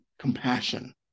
compassion